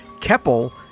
Keppel